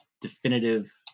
definitive